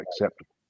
acceptable